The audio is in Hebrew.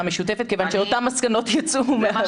משותפת כיוון שאותן מסקנות יצאו מהוועדה.